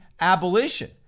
abolition